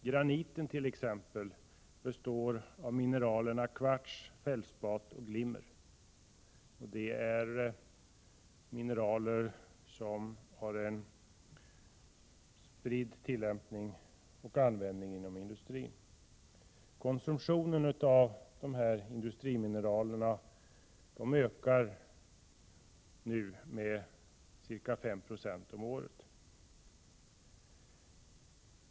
Granit t.ex. består av mineralerna kvarts, fältspat och glimmer. Dessa mineraler har en spridd användning inom industrin. Konsumtionen av de här industrimineralerna ökar för närvarande med ca 5 90 per år.